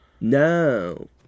No